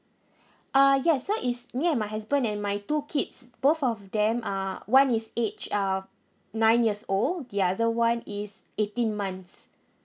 uh yes so is me and my husband and my two kids both of them are one is age uh nine years old the other one is eighteen months